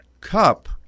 cup